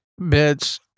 Bitch